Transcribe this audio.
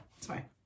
sorry